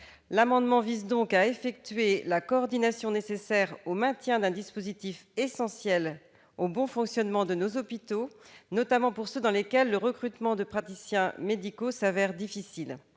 s'agit donc de prévoir la coordination nécessaire au maintien d'un dispositif essentiel au bon fonctionnement de nos hôpitaux, notamment ceux pour lesquels le recrutement de praticiens médicaux se révèle difficile.